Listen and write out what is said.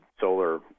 solar